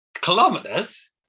Kilometers